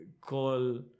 call